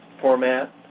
format